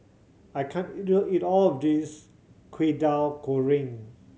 I can't eat eat all of this Kwetiau Goreng